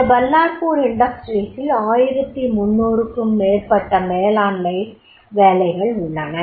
இந்த பல்லார்பூர் இண்டஸ்ட்ரீஸ் ல் 1300 க்கும் மேற்பட்ட மேலாண்மை வேலைகள் உள்ளன